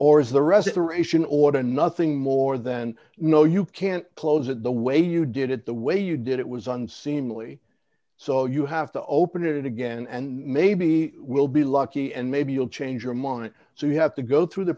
or is the restoration order nothing more than no you can't close it the way you did it the way you did it was unseemly so you have to open it again and maybe we'll be lucky and maybe you'll change your mind so you have to go through the